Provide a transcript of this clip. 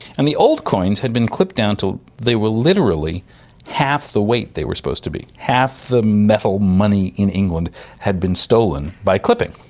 and the old coins had been clipped down until they were literally half the weight they were supposed to be. half the metal money in england had been stolen by clipping,